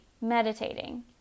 meditating